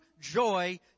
joy